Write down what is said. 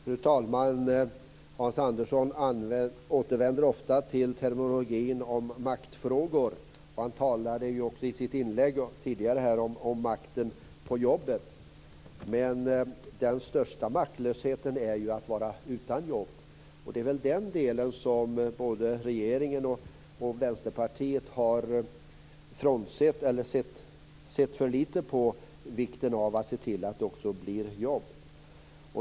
Fru talman! Hans Andersson återvänder ofta till terminologin om maktfrågor. Han talade också tidigare i sitt inlägg om makten på jobbet. Men den största maktlösheten är att vara utan jobb. Både regeringen och Vänsterpartiet har inte tillräckligt mycket sett till vikten av att det också blir jobb.